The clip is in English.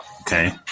Okay